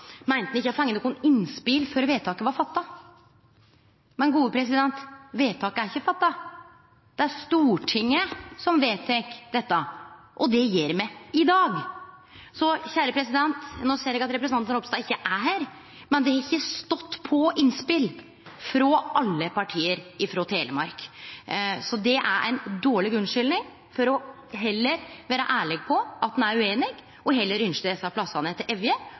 meinte ein ikkje hadde fått noko innspel før vedtaket var gjort. Men vedtaket er ikkje gjort. Det er Stortinget som vedtek dette, og det gjer me i dag. Eg ser at representanten Ropstad ikkje er her, men det har ikkje stått på innspel frå alle representantane frå Telemark. Så det er ei dårleg unnskyldning for heller å vere ærleg på at ein er ueinig, og heller ynskjer desse plassane til Evje.